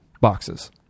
boxes